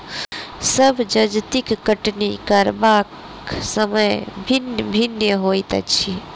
सभ जजतिक कटनी करबाक समय भिन्न भिन्न होइत अछि